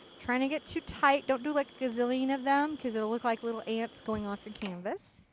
trying to get too tight. don't do like a gazillion of them because it will look like little ants going off your canvas.